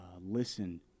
listen